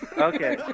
Okay